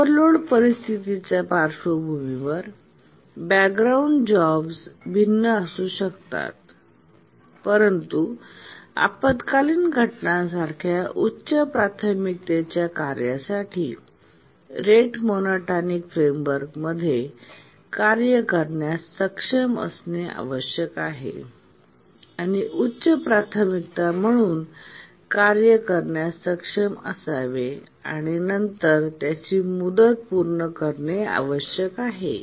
over load परिस्थितीच्या पार्श्वभूमीवर background jobs भिन्न असू शकतात परंतु आपत्कालीन घटनांसारख्या उच्च प्राथमिकतेच्या कार्यांसाठी रेट मोनोटोनिक फ्रेमवर्कमध्ये कार्य करण्यास सक्षम असणे आवश्यक आहे आणि उच्च प्राथमिकता म्हणून कार्य करण्यास सक्षम असावे आणि नंतर त्याची मुदत पूर्ण करणे आवश्यक आहे